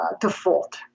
default